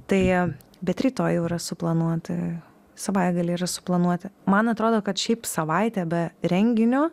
tai bet rytoj jau yra suplanuota savaitgaliai yra suplanuoti man atrodo kad šiaip savaitė be renginio